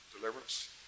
deliverance